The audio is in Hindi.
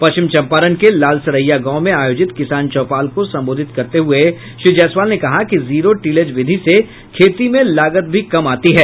पश्चिम चम्पारण के लालसरईया गाव में आयोजित किसान चौपाल को संबोधित करते हुए श्री जयसवाल ने कहा कि जीरो टीलेज विधि से खेती में लागत भी कम आती है